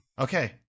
Okay